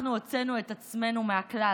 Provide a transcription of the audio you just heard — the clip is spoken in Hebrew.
אנחנו הוצאנו את עצמנו מהכלל.